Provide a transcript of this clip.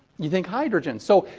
you think hydrogen. so,